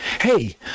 hey